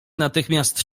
natychmiast